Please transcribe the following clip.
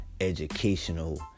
educational